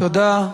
תודה.